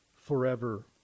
forever